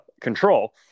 control